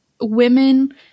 women